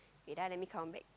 wait ah let me count back